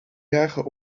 jagen